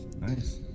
nice